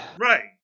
right